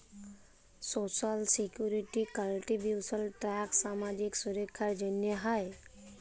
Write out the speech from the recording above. social security contributions tax সামাজিক সুরক্ষার জ্যনহে হ্যয়